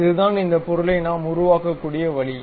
இதுதான் இந்த பொருளை நாம் உருவாக்கக்கூடிய வழி